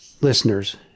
listeners